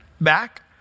back